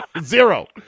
zero